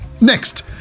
Next